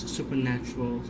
supernatural